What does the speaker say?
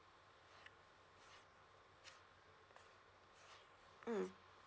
mm